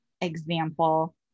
example